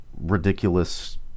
ridiculous